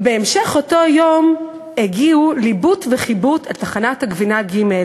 בהמשך אותו יום הגיעו ליבוט וחיבוט אל תחנת הגבינה ג'.